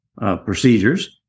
procedures